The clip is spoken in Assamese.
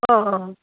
অঁ অঁ